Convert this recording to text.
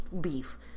beef